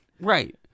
Right